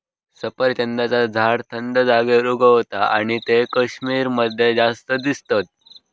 सफरचंदाचा झाड थंड जागेर उगता आणि ते कश्मीर मध्ये जास्त दिसतत